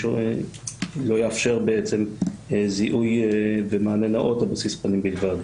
לא יאפשר בעצם זיהוי במענה נאות על בסיס פנים בלבד.